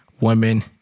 women